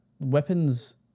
weapons